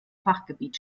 fachgebiet